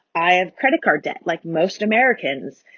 i have credit card debt, like most americans,